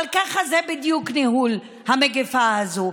אבל ככה זה בדיוק ניהול המגפה הזו,